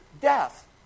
death